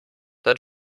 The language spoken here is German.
dann